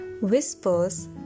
Whispers